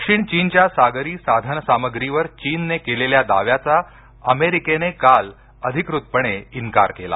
दक्षिण चीनच्या सागरी साधनसामग्रीवर चीनने केलेल्या दाव्याचा अमेरिकेने काल अधिकृतपणे इन्कार केला